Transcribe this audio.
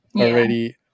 already